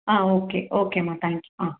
ஆ okay ஓகேம்மா thank you ஆ